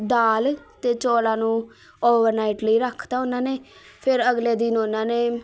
ਦਾਲ ਅਤੇ ਚੋਲਾਂ ਨੂੰ ਓਵਰਨਾਈਟ ਲਈ ਰੱਖ ਤਾ ਉਨ੍ਹਾਂ ਨੇ ਫਿਰ ਅਗਲੇ ਦਿਨ ਉਹਨਾਂ ਨੇ